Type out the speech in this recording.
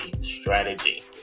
strategy